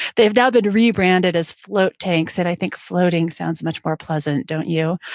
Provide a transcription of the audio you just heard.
they've now been rebranded as float tanks, and i think floating sounds much more pleasant, don't you?